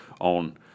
on